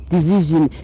Division